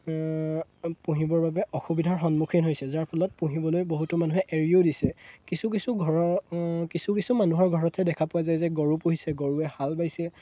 পুহিবৰ বাবে অসুবিধাৰ সন্মুখীন হৈছে যাৰ ফলত পুহিবলৈ বহুতো মানুহে এৰিও দিছে কিছু কিছু ঘৰৰ কিছু কিছু মানুহৰ ঘৰতহে দেখা পোৱা যায় যে গৰু পুহিছে গৰুৱে হাল বাইছে